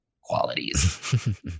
qualities